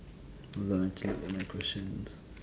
hold on ah I check out my questions